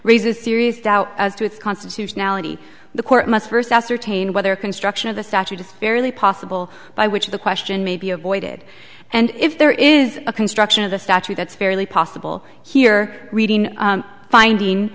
raises serious doubt as to its constitutionality the court must first ascertain whether construction of the statute is fairly possible by which the question may be avoided and if there is a construction of the statute that's fairly possible here reading finding